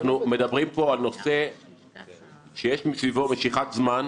אנחנו מדברים פה על נושא שיש מסביבו משיכת זמן.